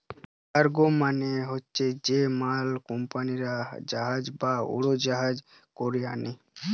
cargo মানে হচ্ছে যে মাল কুম্পানিরা জাহাজ বা উড়োজাহাজে কোরে আনে